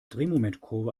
drehmomentkurve